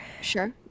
Sure